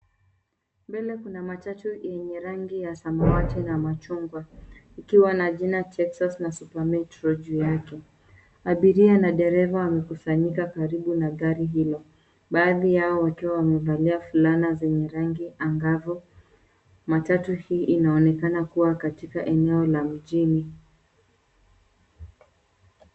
Mbele kuna matatu enye rangi ya samawati na machungwa ikiwa na jina Texas na Super Metro juu yake. Abiria na dereva wamekusanyika karibu na gari hilo. Baadhi yao wakiwa wamevalia fulana zenye rangi angavu. Matatu hii inaonekana kuwa katika eneo la mjini.